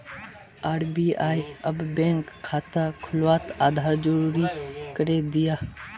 RBI अब bank खाता खुलवात आधार ज़रूरी करे दियाः